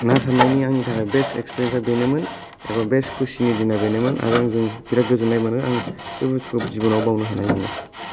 ना सारनायनि आंनि थाखाय बेस्ट एक्सपिरिेयेन्सा बेनोमोन एबा बेस्ट खुसिनि दिना बेनोमोन आरो आंजों बिरात गोजोननाय मोनो आं बे बुस्तुखौ जिबनाव बावनो हानाय नङा